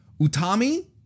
Utami